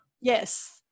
Yes